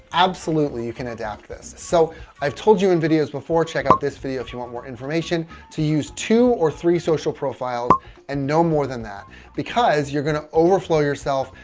absolutely you can adapt this. so i've told you in videos before check out this video. if you want more information to use two or three social profiles and no more than that because you're going to overflow yourself.